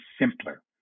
simpler